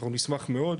אנחנו נשמח מאוד,